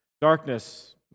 Darkness